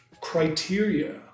criteria